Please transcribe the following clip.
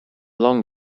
long